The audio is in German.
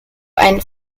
ein